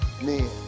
men